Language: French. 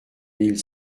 mille